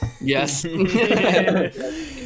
Yes